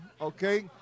okay